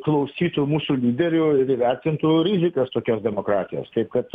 klausytų mūsų lyderių įvertintų rizikas tokios demokratijos taip kad